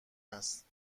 است